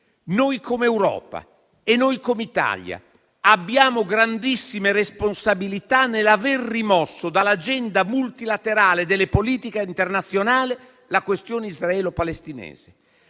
Noi, come Europa e come Italia, abbiamo grandissime responsabilità nell'aver rimosso dall'agenda multilaterale delle politiche internazionali la questione israelo-palestinese.